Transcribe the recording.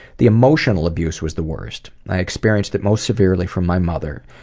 the emotional abuse was the worst. i experienced it most severely from my mother.